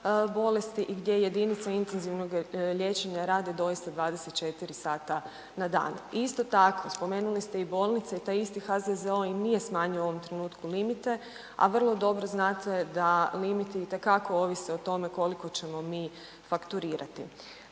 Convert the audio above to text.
bolesti i gdje jedinice intenzivnog liječenja rade doista 24 sata na dan. Isto tako, spomenuli ste i bolnice i taj isti HZZO i nije smanjio u ovom trenutku limite, a vrlo dobro znate da limiti itekako ovise o tome koliko ćemo mi fakturirati.